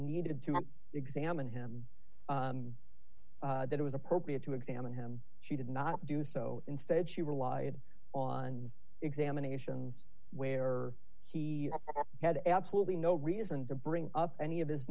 needed to examine him that it was appropriate to examine him she did not do so instead she relied on examinations where he had absolutely no reason to bring up any of his